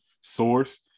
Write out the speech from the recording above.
source